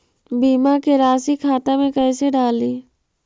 बीमा के रासी खाता में कैसे डाली?